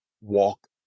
walk